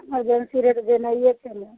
emergency रहै तऽ जेनाइए छलै